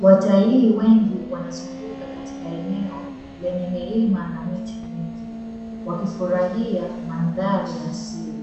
Watalii wengi wanazunguka katika eneo lenye milima na miti mingi, wakifurahia mandhari ya asili.